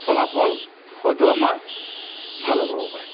ফলাফল হয়তো আমাৰ ভালো হ'ব পাৰে